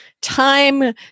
time